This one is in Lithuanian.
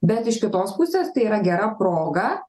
bet iš kitos pusės tai yra gera proga